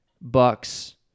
Bucks